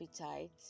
appetite